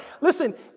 listen